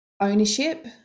ownership